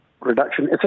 reduction